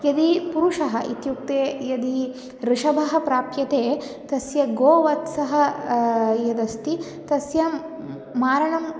यदि पुरुषः इत्युक्ते यदि ऋषभः प्राप्यते तस्य गोवत्सः यदस्ति तस्य म् मारणं